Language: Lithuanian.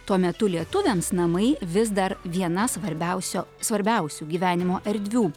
tuo metu lietuviams namai vis dar viena svarbiausio svarbiausių gyvenimo erdvių